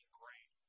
great